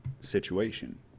situation